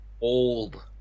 old